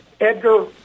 Edgar